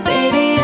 Baby